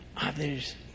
others